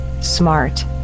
smart